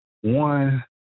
One